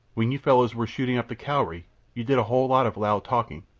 when you fellows were shooting up the cowrie you did a whole lot of loud talking,